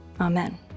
Amen